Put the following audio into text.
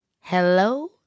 Hello